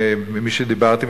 ממי שדיברתי אתו,